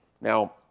Now